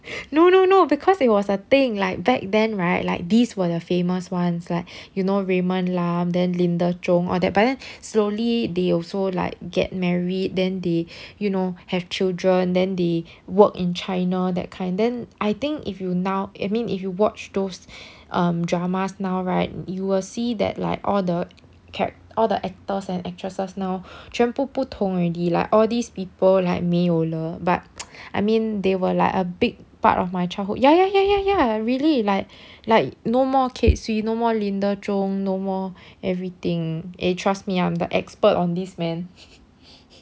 no no no because it was a thing like back then right like these were the famous ones like you know raymond lam then linda chung all that but then slowly they also like get married then they you know have children then they work in china that kind then I think if you now I mean if you watch those um dramas now right you will see that like all the cha~ all the actors and actresses now 全部不同 already lah all these people like 没有了 but I mean they were like a big part of my childhood ya ya ya ya ya really like like no more kate sui no more linda chung no more everything eh trust me I'm the expert on this man